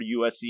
USC